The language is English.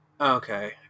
Okay